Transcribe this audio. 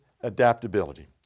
adaptability